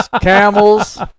camels